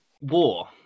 War